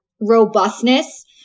robustness